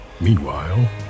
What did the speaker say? Meanwhile